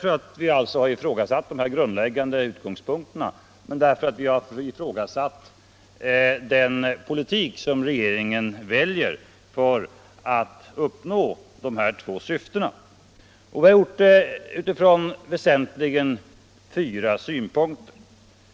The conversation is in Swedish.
på att vi har ifrågasatt den politik som regeringen väljer för att uppnå de två syftena. Vi har gjort det väsentligen från fyra synpunkter.